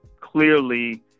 clearly